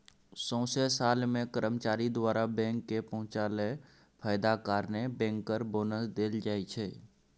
सौंसे साल मे कर्मचारी द्वारा बैंक केँ पहुँचाएल फायदा कारणेँ बैंकर बोनस देल जाइ छै